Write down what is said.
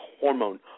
hormone